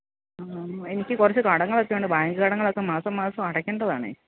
ആ എനിക്ക് കുറച്ചു കടങ്ങളൊക്കെ ഉണ്ട് ബാങ്ക് കടങ്ങളൊക്കെ മാസം മാസം അടയ്ക്കേണ്ടതാണ്